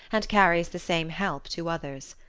and carries the same help to others.